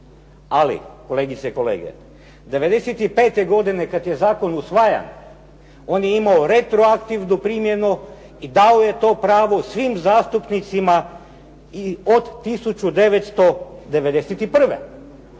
Ali kolegice i kolege, '95. godine kada je zakon usvajan on je imao retroaktivnu primjenu i dao je to pravo svim zastupnicima i od 1991. Dakle,